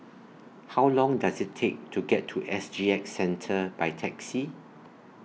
How Long Does IT Take to get to S G X Centre By Taxi